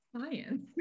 science